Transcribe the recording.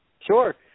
Sure